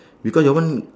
because your one